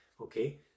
okay